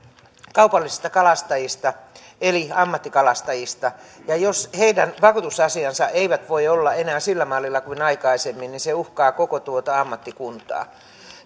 kaupallisista kalastajista eli ammattikalastajista niin jos heidän vakuutusasiansa eivät voi olla enää sillä mallilla kuin aikaisemmin se uhkaa koko tuota ammattikuntaa